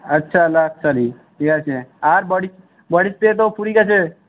আচ্ছা লাক্সেরই ঠিক আছে আর বডি স্প্রে তো ফুরিয়ে গেছে